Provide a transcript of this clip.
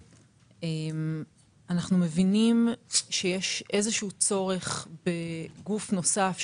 אנחנו מבינים שיש איזשהו צורך בגוף נוסף,